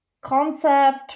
concept